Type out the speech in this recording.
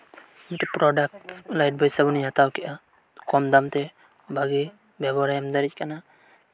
ᱢᱤᱫᱴᱮᱱ product Lifebuoy ᱥᱟᱵᱚᱱᱤᱧ ᱦᱟᱛᱟᱣ ᱠᱮᱫᱼᱟ ᱠᱚᱢ ᱫᱟᱢ ᱛᱮ ᱵᱷᱟᱜᱮ ᱵᱮᱵᱚᱦᱟᱨᱮ ᱮᱢ ᱫᱟᱲᱮᱭᱟᱜ ᱠᱟᱱᱟ